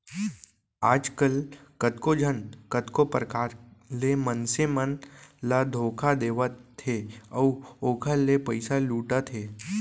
आजकल कतको झन कतको परकार ले मनसे मन ल धोखा देवत हे अउ ओखर ले पइसा लुटत हे